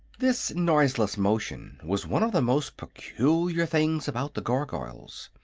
this noiseless motion was one of the most peculiar things about the gargoyles.